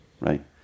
right